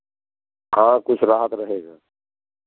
हाँ कुछ राहत रहेगा